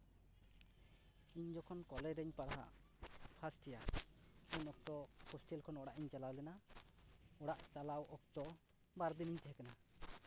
ᱤᱧ ᱡᱚᱠᱷᱚᱱ ᱠᱚᱞᱮᱡᱽ ᱨᱤᱧ ᱯᱟᱲᱦᱟᱜᱼᱟ ᱯᱷᱟᱥᱴ ᱤᱭᱟᱨ ᱩᱱ ᱚᱠᱛᱚ ᱦᱚᱥᱴᱮᱞ ᱠᱷᱚᱱ ᱚᱲᱟᱜ ᱤᱧ ᱪᱟᱞᱟᱣ ᱞᱮᱱᱟ ᱚᱲᱟᱜ ᱪᱟᱞᱟᱣ ᱚᱠᱛᱚ ᱵᱟᱨᱫᱤᱱᱤᱧ ᱛᱟᱦᱮᱸ ᱠᱟᱱᱟ